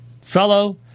fellow